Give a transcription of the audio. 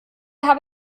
habe